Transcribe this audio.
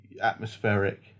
atmospheric